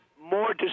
more